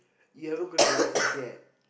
you haven't got a license yet